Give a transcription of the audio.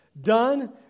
Done